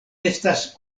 estas